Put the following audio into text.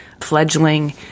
fledgling